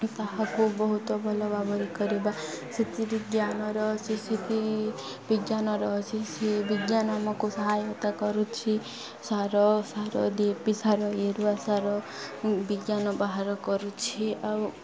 ତାହାକୁ ବହୁତ ଭଲ ଭାବରେ କରିବା ସେଥିରେ ଜ୍ଞାନର ସିସିକି ବିଜ୍ଞାନର ସିସି ବିଜ୍ଞାନ ଆମକୁ ସହାୟତା କରୁଛି ସାର ସାର ଦେପି ସାର ଏରୁଆ ସାର ବିଜ୍ଞାନ ବାହାର କରୁଛି ଆଉ